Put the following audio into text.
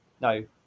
no